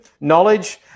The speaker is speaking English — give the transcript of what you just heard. knowledge